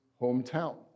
hometown